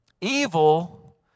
Evil